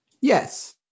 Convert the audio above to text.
Yes